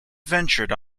ventured